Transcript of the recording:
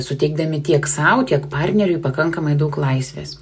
suteikdami tiek sau tiek partneriui pakankamai daug laisvės